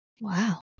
Wow